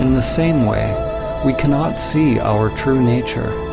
and the same way we cannot see our true nature.